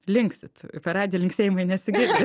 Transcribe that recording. linksit per radiją linksėjimai nesigirdi